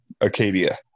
Acadia